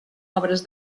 obres